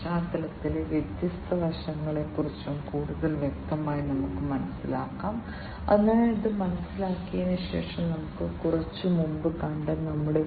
അല്ലെങ്കിൽ വ്യത്യസ്ത മെഷീനുകളിൽ വിന്യസിക്കാൻ നിങ്ങൾക്ക് അത്തരത്തിലുള്ള ഒന്നിലധികം സെൻസറുകൾ ഉണ്ടാകില്ല അതിനാൽ അവ കുറഞ്ഞ ചെലവിൽ ആയിരിക്കണം